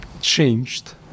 changed